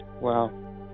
Wow